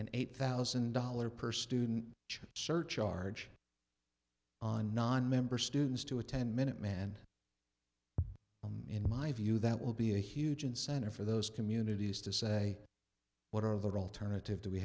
an eight thousand dollars per student surcharge on nonmember students to a ten minute man in my view that will be a huge incentive for those communities to say what are the alternatives do we